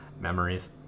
Memories